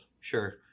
Sure